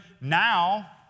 Now